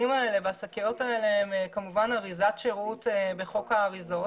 והשקיות האלה הם אריזת שירות בחוק האריזות,